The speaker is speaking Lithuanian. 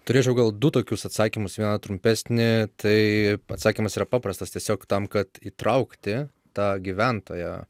turėčiau gal du tokius atsakymus vieną trumpesnį tai atsakymas yra paprastas tiesiog tam kad įtraukti tą gyventoją